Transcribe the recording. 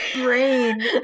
brain